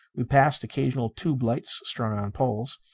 we passed occasional tube-lights strung on poles.